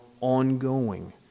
ongoing